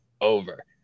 over